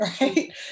right